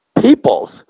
peoples